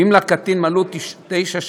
ואם לקטין מלאו תשע שנים,